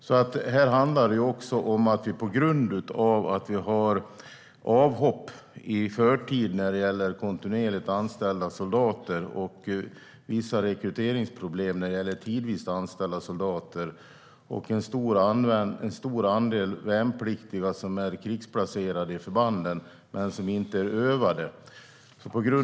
Det handlar också om att vi har avhopp i förtid när det gäller kontinuerligt anställda soldater och vissa rekryteringsproblem när det gäller tidvis anställda soldater och en stor andel värnpliktiga som är krigsplacerade i förbanden men som inte är övade.